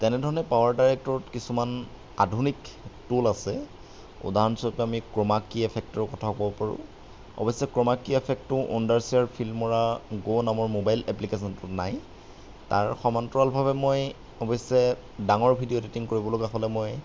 তেনেধৰণে পাৱাৰ ডাইৰেক্টৰত কিছুমান আধুনিক টোল আছে উদাহৰণস্বৰূপে আমি ক্ৰমা কী এফেক্টৰ কথাও ক'ব পাৰোঁ অৱশ্যে ক্ৰমা কী এফেক্টটো ফিল্ম'ৰা গ' নামৰ মোবাইল এপ্লিকেচনটোত নাই তাৰ সমান্তৰালভাৱে মই অৱশ্যে ডাঙৰ ভিডিঅ' এডিটিং কৰিব লগা হ'লে মই